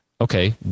Okay